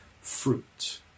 fruit